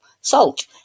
salt